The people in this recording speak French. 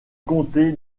comté